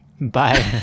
Bye